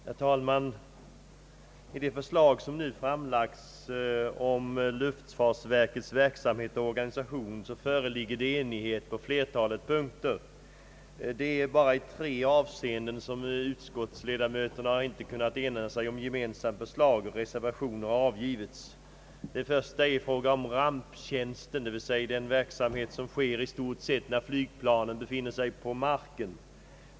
Herr talman! I det förslag som nu har framlagts om luftfartsverkets verksamhet och organisation råder enighet på flertalet punkter. Endast i tre fall har utskottets ledamöter inte kunnat ena sig om ett gemensamt förslag, och reservationer har därför avgivits. Det första fallet gäller ramptjänsten, d. v. s. den verksamhet som i stort sett sker när flygplanen befinner sig på marken.